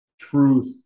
truth